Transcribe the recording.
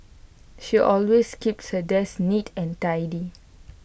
she always keeps her desk neat and tidy